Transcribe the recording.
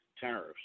tariffs